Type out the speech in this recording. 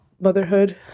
motherhood